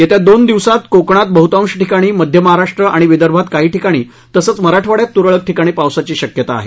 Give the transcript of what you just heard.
येत्या दोन दिवसांत कोकणात बहतांश ठिकाणी मध्य महाराष्ट्र आणि विदर्भात काही ठिकाणी तसंच मराठवाड्यात तुरळक ठिकाणी पावसाची शक्यता आहे